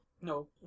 No